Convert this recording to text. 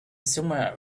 somewhere